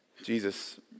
Jesus